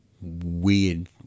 weird